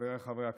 חבריי חברי הכנסת,